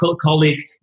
colleague